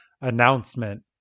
announcement